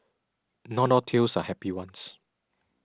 not all tales are happy ones